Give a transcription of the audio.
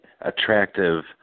attractive